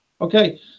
Okay